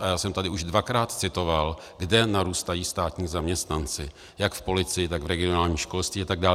A já jsem tady už dvakrát citoval, kde narůstají státní zaměstnanci jak v policii, tak v regionálním školství atd.